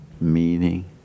meaning